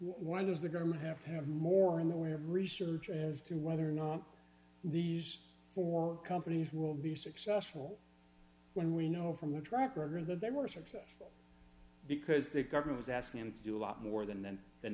why does the government have to have more in the way of research as to whether or not these four companies will be successful when we know from the track record that they were a success because the government was asking them to do a lot more than then than